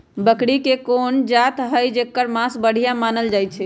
बकरी के कोन जात हई जेकर मास बढ़िया मानल जाई छई?